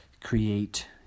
create